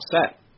set